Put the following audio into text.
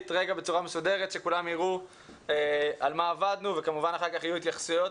בצורה מסודרת שכולם יראו על מה עבדנו וכמובן אחר כך יהיו התייחסויות.